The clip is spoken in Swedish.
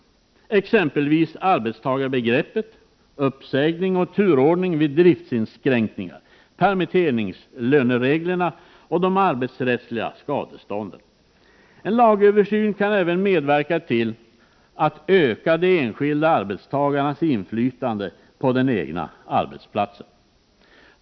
Det gäller exempelvis arbetstagarbegreppet, uppsägning och turordning vid driftsinskränkningar, permitteringslönereglerna och de arbetsrättsliga skadestånden. En lagöversyn kan även medverka till att öka de enskilda arbetstagarnas inflytande på den egna arbetsplatsen.